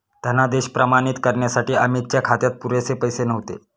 धनादेश प्रमाणित करण्यासाठी अमितच्या खात्यात पुरेसे पैसे नव्हते